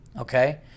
okay